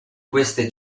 queste